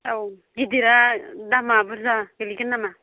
औ गिदिरा दामा बुरजा गोलैगोन नामा